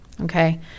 okay